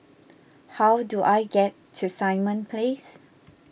how do I get to Simon Place